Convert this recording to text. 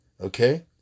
Okay